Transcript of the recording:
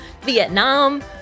Vietnam